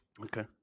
okay